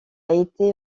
été